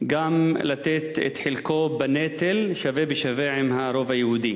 גם לתת את חלקו בנטל, שווה בשווה עם הרוב היהודי.